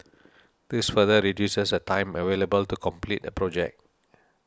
this further reduces the time available to complete a project